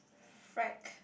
frack